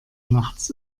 nachts